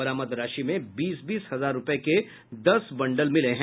बरामद राशि में बीस बीस हजार रूपये के दस बंडल मिले हैं